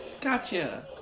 gotcha